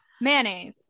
mayonnaise